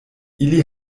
ili